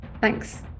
Thanks